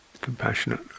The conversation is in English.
compassionate